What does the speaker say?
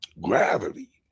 gravity